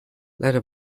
leider